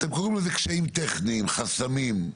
אתם קוראים לזה קשיים טכניים, חסמים.